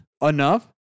Enough